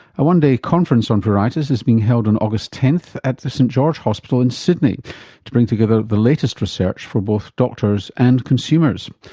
a one-day conference on pruritus is being held on august tenth at the st george hospital in sydney to bring together the latest research for both doctors and consumers.